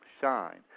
shine